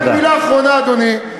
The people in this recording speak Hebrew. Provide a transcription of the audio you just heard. רק מילה אחרונה, אדוני.